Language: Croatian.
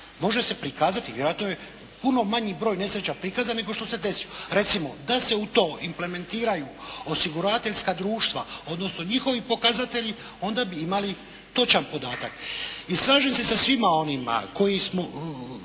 može se prikazati, vjerojatno je puno manji broj nesreća prikazano nego što se desilo. Recimo da se u to implementiraju osiguravateljska društva, odnosno njihovi pokazatelji onda bi imali točan podatak. I slažem se sa svima onima koji su